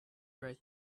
right